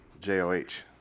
J-O-H